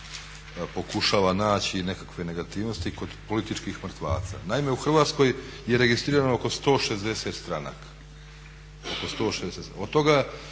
pokušava naći nekakve negativnosti kod političkih mrtvaca. Naime, u Hrvatskoj je registrirano oko 160 stranaka. Od toga